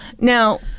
Now